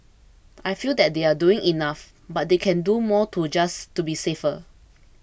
I feel that they are doing enough but they can do more too just to be safer